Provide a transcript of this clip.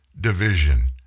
division